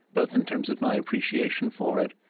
both in terms of my appreciation for it,